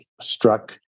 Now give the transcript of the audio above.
struck